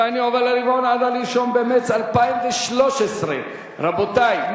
אני עובר לרבעון עד הראשון בדצמבר 2012, רבותי.